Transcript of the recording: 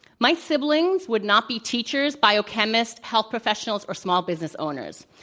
my siblings would not be teachers, biochemists, health professionals, or small business owners.